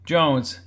Jones